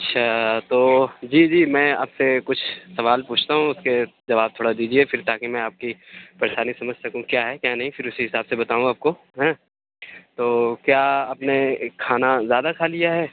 اچھا تو جی جی میں آپ سے کچھ سوال پوچھتا ہوں اس کے جواب تھوڑا دیجیے پھر تاکہ میں آپ کی پریشانی سمجھ سکوں کیا ہے کیا نہیں پھر اسی حساب سے بتاؤں آپ کو ہاں تو کیا آپ نے کھانا زیادہ کھا لیا ہے